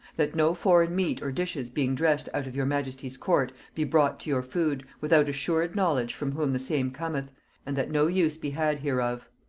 that no foreign meat or dishes being dressed out of your majesty's court, be brought to your food, without assured knowledge from whom the same cometh and that no use be had hereof.